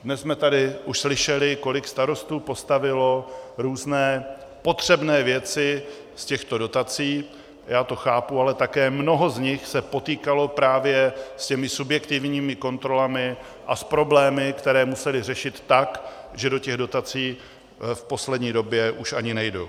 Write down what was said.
Dnes jsme tady už slyšeli, kolik starostů postavilo různé potřebné věci z těchto dotací, já to chápu, ale také mnoho z nich se potýkalo právě s těmi subjektivními kontrolami a s problémy, které museli řešit tak, že do těch dotací v poslední době už ani nejdou.